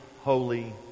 holy